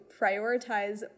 prioritize